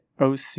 OC